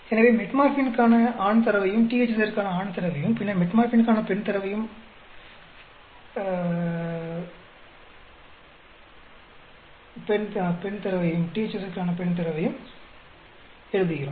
எனவே மெட்ஃபோர்மினுக்கான ஆண் தரவையும் THZ க்கான ஆண் தரவையும் பின்னர் மெட்ஃபோர்மினுக்கான பெண் தரவையும் பெண் தரவையும் எழுதுகிறோம்